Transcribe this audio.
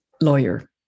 lawyer